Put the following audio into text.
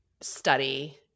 study